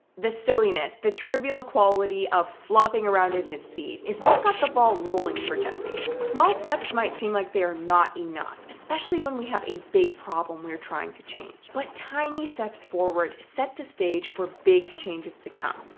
the silliness, the trivial quality of flopping around in his seat is what got the ball rolling for jesse. small steps might seem like they are not enough, especially when we have a big problem we are trying to change. but tiny steps forward set the stage for big changes to come,